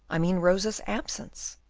i mean rosa's absence?